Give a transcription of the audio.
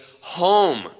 home